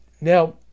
Now